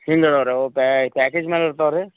ಹಿಂಗೆ ಅದಾವ ರೀ ಅವು ಪ್ಯಾಕೇಜ್ ಮೇಲೆ ಇರ್ತಾವ ರೀ